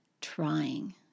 trying